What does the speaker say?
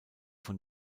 von